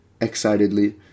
excitedly